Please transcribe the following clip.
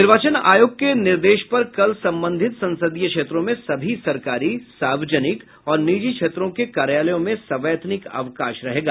निर्वाचन आयोग के निर्देश पर कल संबंधित संसदीय क्षेत्रों में सभी सरकारी सार्वजनिक और निजी क्षेत्रों के कार्यालयों में सवैतनिक अवकाश रहेगा